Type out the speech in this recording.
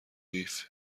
قیف